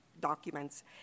documents